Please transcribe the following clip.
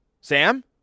Sam